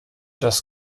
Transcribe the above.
das